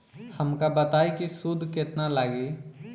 हमका बताई कि सूद केतना लागी?